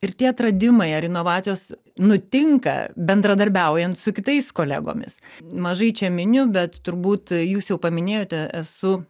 ir tie atradimai ar inovacijos nutinka bendradarbiaujant su kitais kolegomis mažai čia miniu bet turbūt jūs jau paminėjote esu